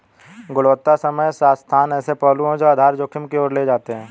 गुणवत्ता समय स्थान ऐसे पहलू हैं जो आधार जोखिम की ओर ले जाते हैं